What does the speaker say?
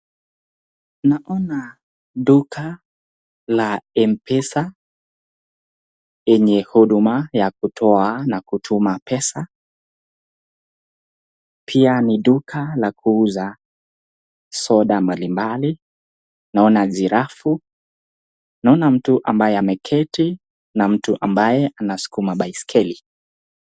Naona duka la Mpesa enye huduma ya kutoa na kutuma pesa, pia ni duka la kuuza soda mbalimbali, naona giraffe , naona mtu ambaye ameketi na mtu ambaye anasukuma baiskeli.